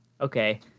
okay